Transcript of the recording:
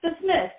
dismissed